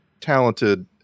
talented